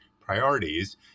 priorities